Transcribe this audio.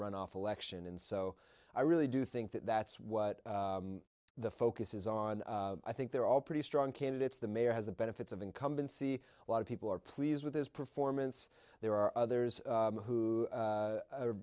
runoff election and so i really do think that that's what the focus is on i think they're all pretty strong candidates the mayor has the benefits of incumbency a lot of people are pleased with his performance there are others who